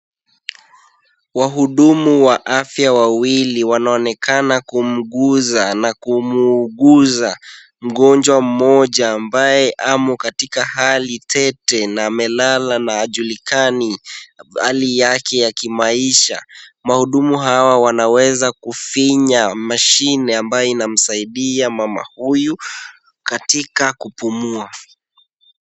Wahudumu wa afya wawili wanaonekana kumguza na kumuuguza, mgonjwa mmoja ambaye amo katika hali tete na amelala na ajulikani hali yake ya kimaisha, mahudumu hawa wanaweza kufinya mashine ambayo inamsaidia mama huyu katika kupumua.